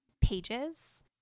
pages